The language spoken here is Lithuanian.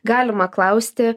galima klausti